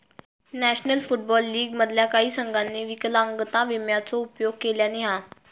national football league मधल्या काही संघांनी विकलांगता विम्याचो उपयोग केल्यानी हा